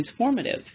transformative